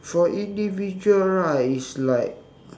for individual right it's like